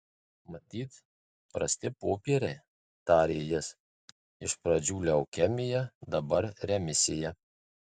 matyt prasti popieriai tarė jis iš pradžių leukemija dabar remisija